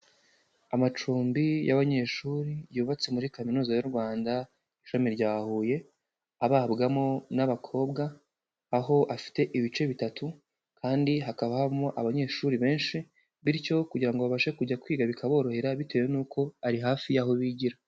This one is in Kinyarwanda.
Amacumbi y'abanyeshuri yubatse muri kaminuza y'u Rwanda, ishami rya Huye, ababwamo n'abakobwa, aho afite ibice bitatu kandi hakabamo abanyeshuri benshi, bityo kugira babashe kujya kwiga bikaborohera bitewe n'uko ari hafi y'aho bigira.